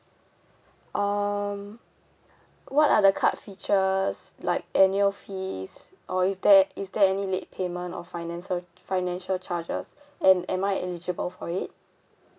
um what are the card features like annual fees or if there is there any late payment or financia~ financial charges and am I eligible for it